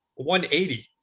180